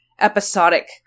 episodic